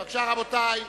בבקשה, רבותי,